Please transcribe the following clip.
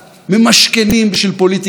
אנחנו נאבקים היום מפה,